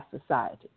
society